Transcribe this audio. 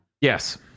Yes